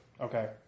Okay